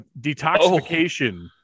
detoxification